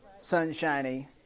sunshiny